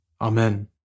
Amen